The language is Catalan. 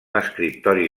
escriptori